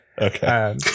Okay